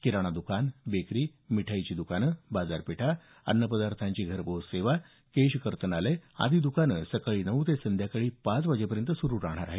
किराणा दुकान बेकरी मिठाईची दुकानं बाजारपेठा अन्नपदार्थांची घरपोच सेवा केश कर्तनालय आदी दुकानं सकाळी नऊ ते संध्याकाळी पाच वाजेपर्यंत सुरु राहणार आहे